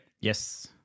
yes